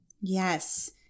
Yes